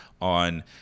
on